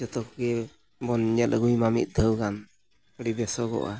ᱡᱚᱛᱚ ᱠᱚᱜᱮ ᱵᱚᱱ ᱧᱮᱞ ᱟᱹᱜᱩᱭᱢᱟ ᱢᱤᱫ ᱫᱷᱟᱣ ᱜᱟᱱ ᱟᱹᱰᱤ ᱵᱮᱥᱚᱜᱚᱜᱼᱟ